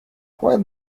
quite